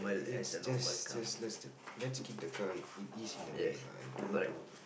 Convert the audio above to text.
it's just just lets just keep the car it is in the way lah don't need to